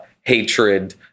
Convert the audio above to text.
hatred